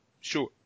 Sure